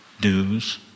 dues